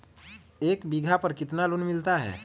एक बीघा पर कितना लोन मिलता है?